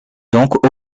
donc